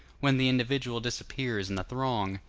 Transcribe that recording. when the individual disappears in the throng,